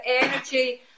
energy